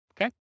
okay